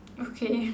okay